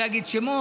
אני לא אגיד שמות,